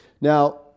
Now